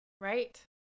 Right